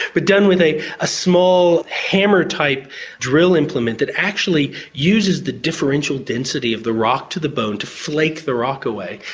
but done with a ah small hammer-type drill implement that actually uses the differential density of the rock to the bone to flake the rock away,